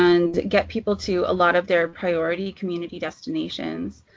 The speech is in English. and get people to a lot of their priority community destinations.